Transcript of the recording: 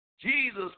Jesus